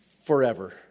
forever